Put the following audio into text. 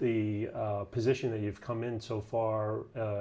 the the position that you've come in so far